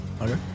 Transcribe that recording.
Okay